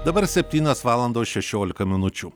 dabar septynios valandos šešiolika minučių